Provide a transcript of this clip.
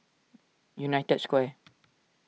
United Square